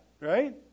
right